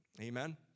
Amen